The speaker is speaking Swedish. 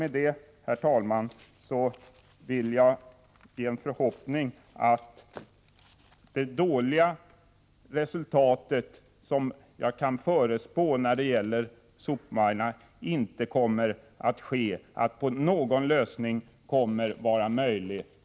Med det anförda vill jag ställa i förhoppning att det dåliga resultat som jag kan förutspå när det gäller sopmajorna inte kommer att bli verklighet, utan att någon annan lösning kommer till stånd.